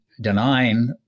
denying